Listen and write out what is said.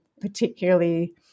particularly